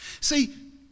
See